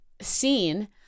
seen